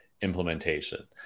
implementation